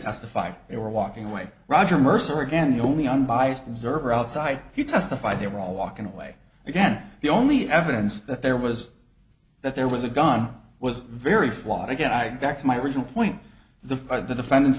testified they were walking away roger mercer again the only unbiased observer outside he testified they were all walking away again the only evidence that there was that there was a gun was very flawed again i back to my original point the for the defendant's